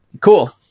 cool